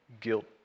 guilt